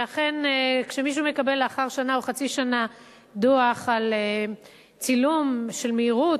שאכן כשמישהו מקבל לאחר שנה או חצי שנה דוח על צילום של מהירות,